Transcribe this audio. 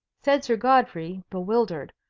said sir godfrey, bewildered.